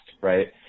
right